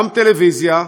גם טלוויזיה,